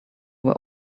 were